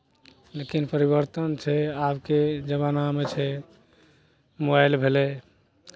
लेकिन परिवर्तन छै आबके जमानामे छै मोबाइल भेलै